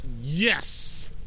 Yes